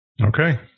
Okay